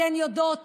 אתן יודעות